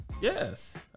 yes